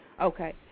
Okay